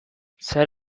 zer